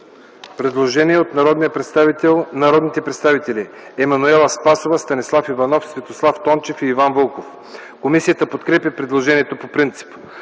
предложение от народните представители Емануела Спасова, Станислав Иванов, Светослав Тончев и Иван Вълков. Комисията подкрепя предложението по принцип.